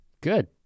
Good